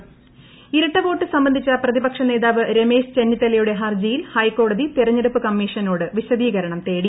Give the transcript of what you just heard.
പ ഇരട്ടവോട്ട് സംബന്ധിച്ച പ്രതിപക്ഷ നേതാവ് രമേശ് ന് ചെന്നിത്തലയുടെ ഹിർജിയിൽ ഹൈക്കോടതി തെരഞ്ഞെടുപ്പ് ക്യ്മീഷനോട് വിശദീകരണം തേടി